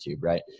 right